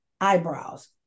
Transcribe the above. eyebrows